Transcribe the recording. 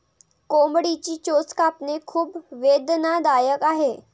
कोंबडीची चोच कापणे खूप वेदनादायक आहे